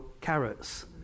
carrots